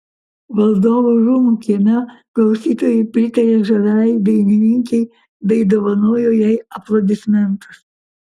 valdovų rūmų kieme klausytojai pritarė žaviajai dainininkei bei dovanojo jai aplodismentus